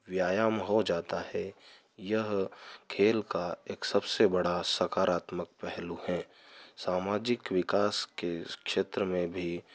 व्यायाम हो जाता है यह खेल का एक सबसे बड़ा सकारात्मक पहलू है सामाजिक विकास के क्षेत्र में भी